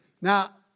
Now